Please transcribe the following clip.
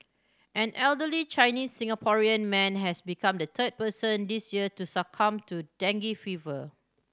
an elderly Chinese Singaporean man has become the third person this year to succumb to dengue fever